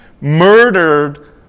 murdered